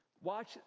Watch